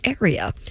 area